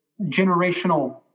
generational